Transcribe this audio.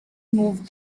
moved